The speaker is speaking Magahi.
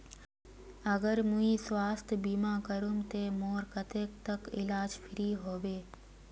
अगर मुई स्वास्थ्य बीमा करूम ते मोर कतेक तक इलाज फ्री होबे?